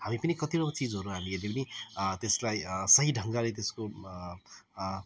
हामी पनि कतिवटा चिजहरू हामीहरूले पनि त्यसलाई सही ढङ्गले त्यसको